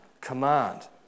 command